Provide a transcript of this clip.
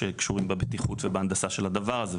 שקשורים בבטיחות ובהנדסה של הדבר הזה.